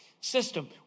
system